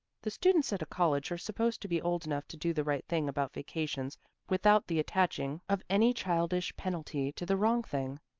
the students at a college are supposed to be old enough to do the right thing about vacations without the attaching of any childish penalty to the wrong thing.